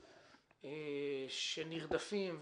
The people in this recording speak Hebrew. שנרדפים,